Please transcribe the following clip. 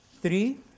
Three